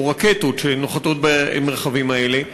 או רקטות שנוחתות במרחבים האלה.